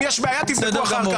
אם יש בעיה, תבדקו אחר כך.